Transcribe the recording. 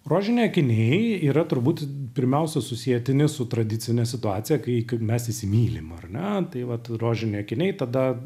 rožiniai akiniai yra turbūt pirmiausia su sietini su tradicine situacija kai kai mes įsimylim ar na tai vat rožiniai akiniai tada